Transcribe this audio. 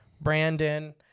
Brandon